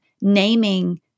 naming